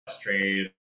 trade